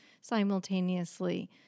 simultaneously